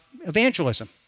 evangelism